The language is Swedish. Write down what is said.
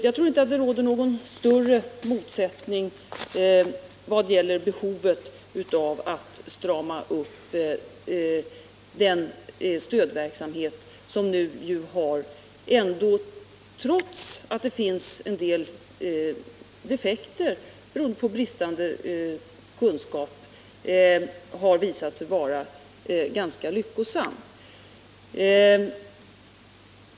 Jag tror inte att det råder någon större motsättning i vad gäller behovet av att strama upp den stödverksamhet som nu ändå, trots att det finns en del defekter beroende på bristande kunskap, har visat sig vara ganska lyckosam.